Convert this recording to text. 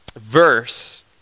verse